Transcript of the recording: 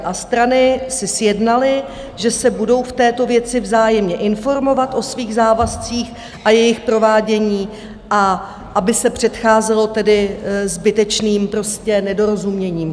A strany si sjednaly, že se budou v této věci vzájemně informovat o svých závazcích a jejich provádění, a aby se předcházelo tedy zbytečným nedorozuměním.